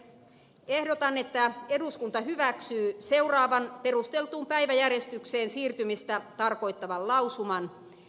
ehdotan että eduskunta hyväksyy seuraavan perusteltua päiväjärjestykseen siirtymistä tarkoittavan lausuman